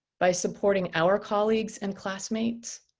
by supporting our colleagues and classmates,